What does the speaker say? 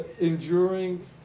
Enduring